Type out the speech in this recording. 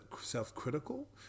self-critical